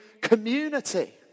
Community